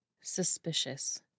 suspicious